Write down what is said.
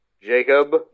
Jacob